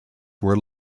were